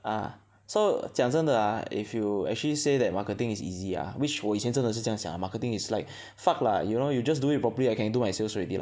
uh so 讲真的 ah if you actually say that marketing is easy ah which 我以前真的是这样想 ah marketing is like fuck lah you know you just do it properly I can you do my sales already lah